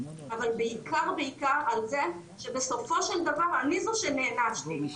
אבל בעיקר על זה שבסופו של דבר אני זאת שנענשתי,